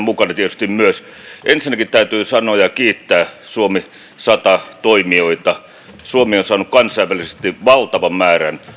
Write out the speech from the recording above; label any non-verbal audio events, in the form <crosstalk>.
<unintelligible> mukana ensinnäkin täytyy kiittää suomi sata toimijoita suomi on saanut kansainvälisesti valtavan määrän